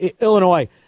Illinois